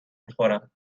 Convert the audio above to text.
میخورم